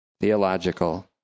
theological